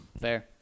fair